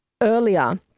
earlier